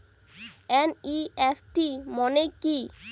NEFT মনে কি?